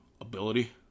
ability